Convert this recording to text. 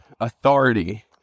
authority